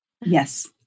Yes